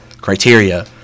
criteria